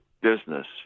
business